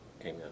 Amen